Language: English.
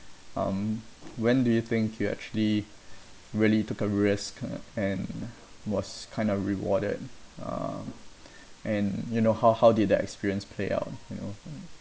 um when do you think you actually really took a risk and was kind of rewarded uh um and you know how how did that experience play out you know hmm